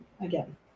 again